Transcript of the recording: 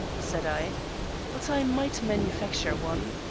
said i but i might manufacture one.